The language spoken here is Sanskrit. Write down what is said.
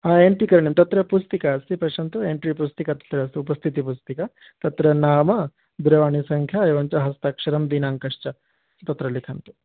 हा एण्ट्रि करणीयं तत्र पुस्तिका अस्ति पश्यन्तु एण्ट्रि पुस्तिका तत्र अस्ति उपस्थितिपुस्तिका तत्र नाम दूरवाणीसङ्ख्याम् एवं च हस्ताक्षरं दिनाङ्कं च तत्र लिखन्तु